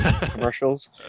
commercials